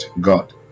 god